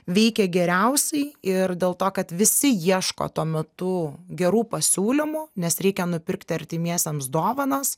veikia geriausiai ir dėl to kad visi ieško tuo metu gerų pasiūlymų nes reikia nupirkti artimiesiems dovanas